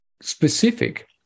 specific